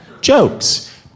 Jokes